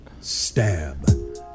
Stab